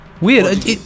Weird